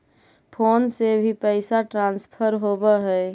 Phone से भी पैसा ट्रांसफर होवहै?